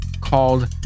called